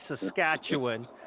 Saskatchewan